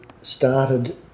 started